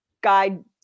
guide